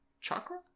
Chakra